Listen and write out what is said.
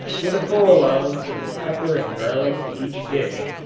with a full allowance of pepper and garlic to each dish.